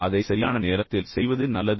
அதை சரியான நேரத்தில் செய்வது நல்லது